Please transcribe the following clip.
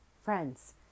Friends